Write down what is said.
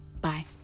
Bye